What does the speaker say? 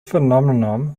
phenomenon